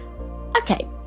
Okay